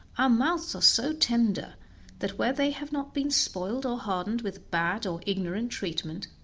our mouths are so tender that where they have not been spoiled or hardened with bad or ignorant treatment,